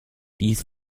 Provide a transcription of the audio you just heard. dies